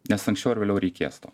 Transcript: nes anksčiau ar vėliau reikės to